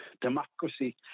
democracy